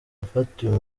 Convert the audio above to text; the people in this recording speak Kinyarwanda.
yafatiwe